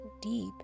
deep